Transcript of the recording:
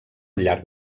llarg